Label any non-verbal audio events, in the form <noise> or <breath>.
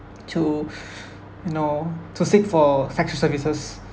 <noise> to <breath> you know to seek for sexual services